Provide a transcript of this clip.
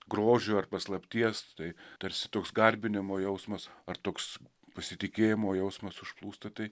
grožio ar paslapties tai tarsi toks garbinimo jausmas ar toks pasitikėjimo jausmas užplūsta tai